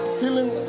feeling